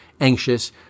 anxious